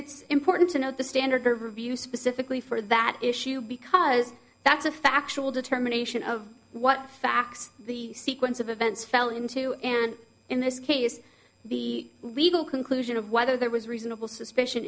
it's important to know the standard for review specifically for that issue because that's a factual determination of what facts the sequence of events fell into and in this case be legal conclusion of whether there was reasonable suspicion